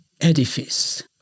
edifice